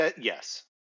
Yes